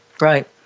Right